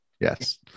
Yes